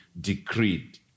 decreed